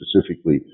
specifically